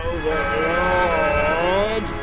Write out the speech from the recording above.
Overlord